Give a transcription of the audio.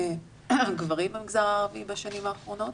גברים במגזר הערבי בשנים האחרונות.